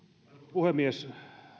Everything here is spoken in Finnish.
puhemies